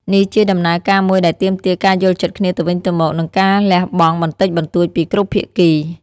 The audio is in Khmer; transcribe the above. នេះជាដំណើរការមួយដែលទាមទារការយល់ចិត្តគ្នាទៅវិញទៅមក និងការលះបង់បន្តិចបន្តួចពីគ្រប់ភាគី។